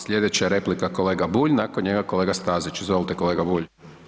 Slijedeća replika kolega Bulj, nakon njega kolega Stazić, izvolite kolega Bulj.